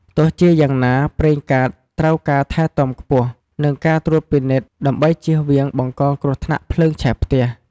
ទោះជាយ៉ាងណា ប្រេងកាតត្រូវការថែទាំខ្ពស់ និងការត្រួតពិនិត្យ ដើម្បីជៀសវាងបង្កគ្រោះថ្នាក់ភ្លើងឆេះផ្ទះ។